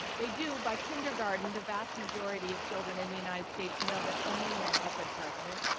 they do. by kindergarten, the vast majority of children in the united states know that only men have been president.